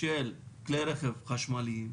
של כלי רכב חשמליים,